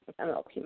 MLP